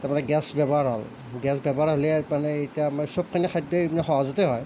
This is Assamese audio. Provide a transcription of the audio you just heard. তাৰমানে গেছ ব্যৱহাৰ হ'ল গেছ ব্যৱহাৰ হ'লে মানে এতিয়া আমাৰ চবখিনি খাদ্যই এইপিনে সহজতে হয়